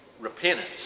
repentance